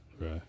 Right